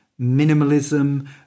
minimalism